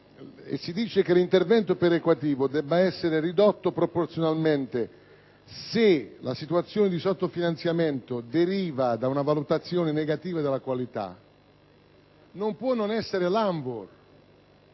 si dice che l'intervento perequativo deve essere ridotto proporzionalmente se la situazione di sottofinanziamento deriva da una valutazione negativa della qualità non può che essere l'ANVUR